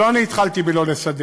לא אני התחלתי לא לסדר,